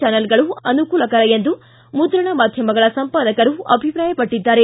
ಚಾನೆಲ್ಗಳು ಅನುಕೂಲಕರ ಎಂದು ಮುದ್ರಣ ಮಾಧ್ಯಮಗಳ ಸಂಪಾದಕರು ಅಭಿಪ್ರಾಯಪಟ್ಟಿದ್ದಾರೆ